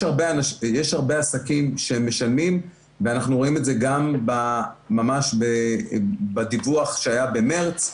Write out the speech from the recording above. יש הרבה עסקים שמשלמים ואנחנו רואים את זה גם ממש בדיווח שהיה במרץ,